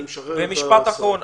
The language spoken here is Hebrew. אני משחרר את השרה.